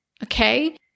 Okay